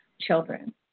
children